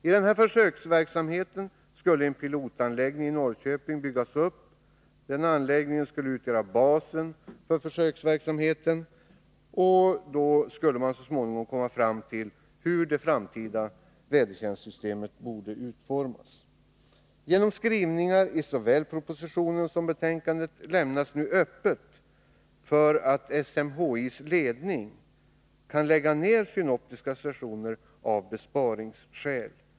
I denna försöksverksamhet skulle en pilotanläggning i Norrköping byggas upp och utgöra basen för försöksverksamheten. Man skulle så småningom komma fram till hur det framtida vädertjänstsystemet borde utformas. Genom skrivningarna i såväl propositionen som betänkandet lämnas nu öppet för SMHI:s ledning att lägga ner synoptiska stationer av t.ex. besparingsskäl.